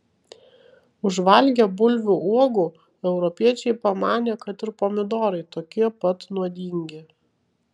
užvalgę bulvių uogų europiečiai pamanė kad ir pomidorai tokie pat nuodingi